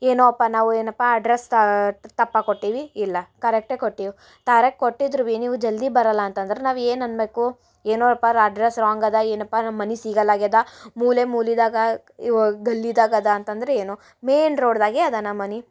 ಏನೋ ಅಪ್ಪ ನಾವು ಏನಪ್ಪ ಅಡ್ರಸ್ ತಪ್ಪಾಗಿ ಕೊಟ್ಟೀವಿ ಇಲ್ಲ ಕರೆಕ್ಟೆ ಕೊಟ್ಟೀವಿ ಕರೆಕ್ಟ್ ಕೊಟ್ಟಿದ್ದರೂ ಬಿ ನೀವು ಜಲ್ದಿ ಬರಲ್ಲಾ ಅಂತಂದ್ರ ನಾವು ಏನು ಅನ್ಬೇಕು ಏನೋರ ಅಪ್ಪ ಅಡ್ರಸ್ ರಾಂಗ್ ಅದ ಏನಪ್ಪ ನಮ್ಮ ಮನೆ ಸಿಗಲ್ಲ ಆಗ್ಯದ ಮೂಲೆ ಮೂಲಿದಾಗ ಇವಾಗ ಗಲ್ಲಿದಾಗ ಅದ ಅಂತಂದರೆ ಏನೋ ಮೇಯ್ನ್ ರೋಡ್ದಾಗೆ ಅದ ನಮ್ಮ ಮನೆ